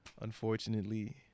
unfortunately